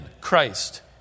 Christ